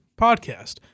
podcast